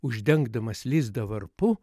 uždengdamas lizdą varpu